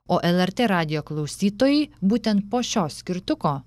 o lrt radijo klausytojai būtent po šio skirtuko